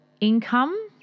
income